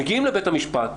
מגיעים לבית המשפט,